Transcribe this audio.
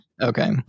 Okay